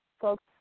folks